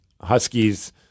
Huskies